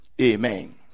Amen